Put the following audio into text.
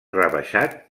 rebaixat